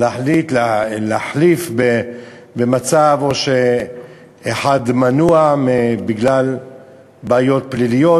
להחליף חבר במצב שאחד מנוע בגלל בעיות פליליות,